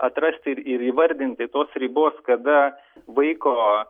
atrasti ir įvardinti tos ribos kada vaiko